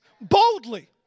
boldly